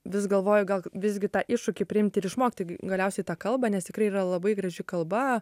vis galvoju gal visgi tą iššūkį priimti ir išmokti galiausiai tą kalbą nes tikrai yra labai graži kalba